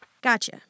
Gotcha